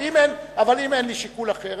אבל אם אין לי שיקול אחר,